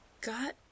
got